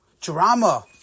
Drama